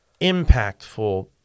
impactful